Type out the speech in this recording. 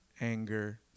anger